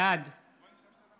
בעד